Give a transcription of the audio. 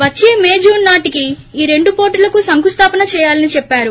వచ్చే May June నాటికి ఈ రెండు పోర్టులకూ శంకుస్థాపన చేయాలని చెప్పారు